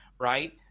Right